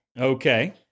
Okay